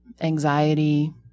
anxiety